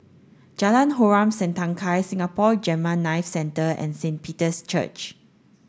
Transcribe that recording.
Jalan Harom Setangkai Singapore Gamma Knife Centre and Saint Peter's Church